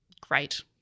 great